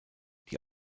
die